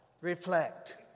reflect